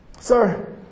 Sir